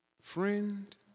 Friend